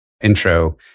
intro